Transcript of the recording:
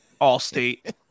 Allstate